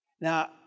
Now